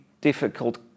difficult